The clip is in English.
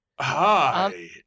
Hi